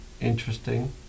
interesting